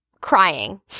crying